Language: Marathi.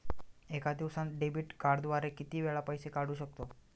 एका दिवसांत डेबिट कार्डद्वारे किती वेळा पैसे काढू शकतो?